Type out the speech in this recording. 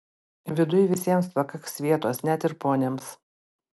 viduj visiems pakaks vietos net ir poniams